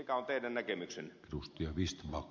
mikä on teidän näkemyksenne